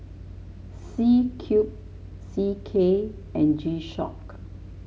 C Cube C K and G Shock